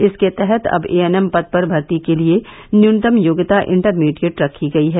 इसके तहत अब एएनएम पद पर भर्ती के लिये न्यूनतम योग्यता इण्टरमीडिएट रखी गई है